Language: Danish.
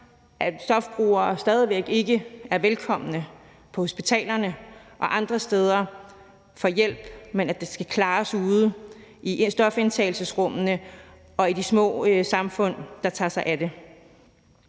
at stofbrugere stadig væk ikke er velkomne på hospitalerne og andre steder til at få hjælp, men at det skal klares ude i stofindtagelsesrummene og i de små samfund, der tager sig af det.